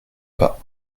pas